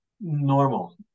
normal